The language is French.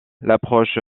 l’approche